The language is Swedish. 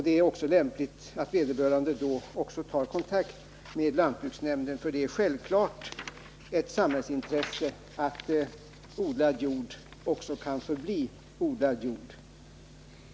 Det är lämpligt att vederbörande också tar kontakt med lantbruksnämnden. Det är självfallet ett samhällsintresse att odlad jord också kan förbli odlad jord.